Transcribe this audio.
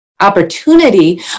opportunity